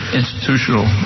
institutional